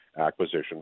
acquisition